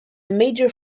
major